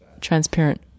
transparent